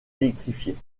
électrifiée